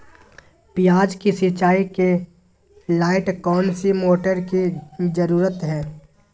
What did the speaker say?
प्याज की सिंचाई के लाइट कौन सी मोटर की जरूरत है?